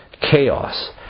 chaos